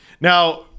Now